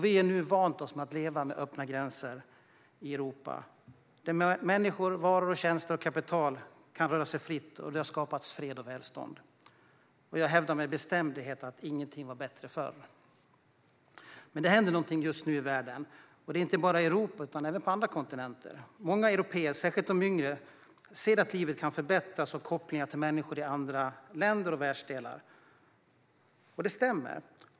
Vi har nu vant oss vid att leva med öppna gränser i Europa, att människor, varor, tjänster och kapital kan röra sig fritt, och det har skapat fred och välstånd. Jag hävdar med bestämdhet att inget var bättre förr. Men det händer någonting i världen just nu, inte bara i Europa utan även på andra kontinenter. Många européer, särskilt de yngre, ser att livet kan förbättras av kopplingarna till människor i andra länder och världsdelar. Och det stämmer.